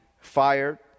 fired